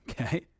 okay